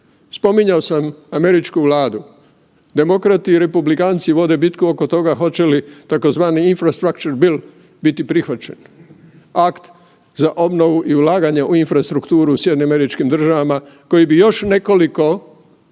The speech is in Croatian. Spominjao sam američku vladu, demokrati i republikanci vode bitku oko toga hoće li tzv. Infrastructure build biti prihvaćen, akt za obnovu i ulaganje u infrastrukturu u SAD-u koliko bi još nekoliko